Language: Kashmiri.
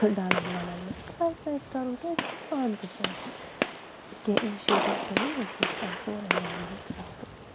ڈالَن والَن منٛز تہٕ پَزِ اَسہِ کَرُن کینٛہہ اَسہِ پزِ پانہٕ تہِ سونٛچُن کیٚنٛہہ اِنِشیٹِو تُلٕنۍ ییٚمہِ سۭتۍ آ سون انوارمنٛٹ صاف روزِ